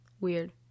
Weird